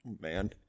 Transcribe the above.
Man